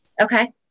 okay